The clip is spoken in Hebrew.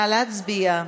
נא להצביע.